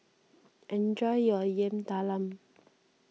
enjoy your Yam Talam